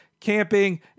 Camping